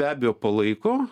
be abejo palaiko